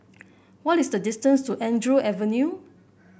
what is the distance to Andrew Avenue